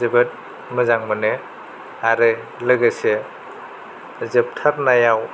जोबोद मोजां मोनो आरो लोगोसे जोबथारनायाव